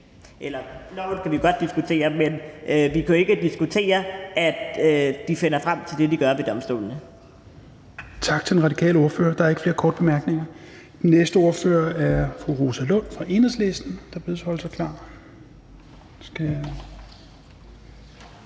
rettere: Loven kan vi godt diskutere, men vi kan jo ikke diskutere, at de finder frem til det, de gør ved domstolene.